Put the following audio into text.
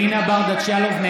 (קורא בשם חברת הכנסת) אלינה ברדץ' יאלוב,